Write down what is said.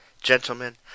gentlemen